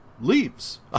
leaves